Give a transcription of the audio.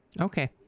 Okay